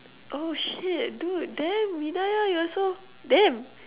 oh shit dude damn hidaya you are so damn